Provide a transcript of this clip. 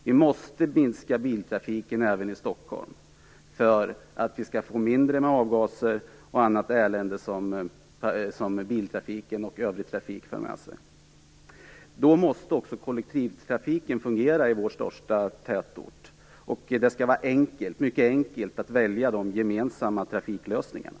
Vi måste minska biltrafiken även i Stockholm för att reducera avgaser och annat elände som biltrafik och övrig trafik för med sig. Då måste också kollektivtrafiken i vår största tätort fungera. Det skall vara mycket enkelt att välja de gemensamma trafiklösningarna.